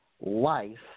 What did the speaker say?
life